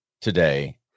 today